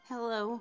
Hello